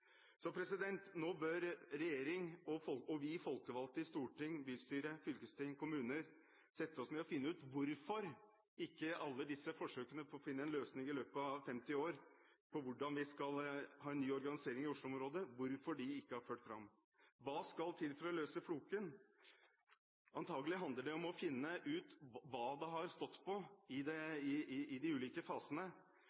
vi folkevalgte i storting, bystyre, fylkesting og kommuner sette oss ned og finne ut hvorfor alle disse forsøkene på å finne en løsning på hvordan vi skal få en ny organisering i Oslo-området, ikke har ført fram i løpet av 50 år. Hva skal til for å løse floken? Antakelig handler det om å finne ut hva det har stått på i